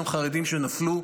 גם חרדים שנפלו.